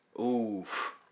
Oof